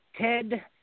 Ted